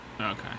Okay